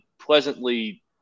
pleasantly